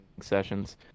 sessions